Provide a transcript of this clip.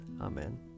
Amen